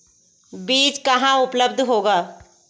बीज कहाँ उपलब्ध होगा?